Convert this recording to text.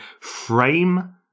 frame